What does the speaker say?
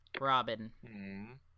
Robin